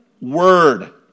word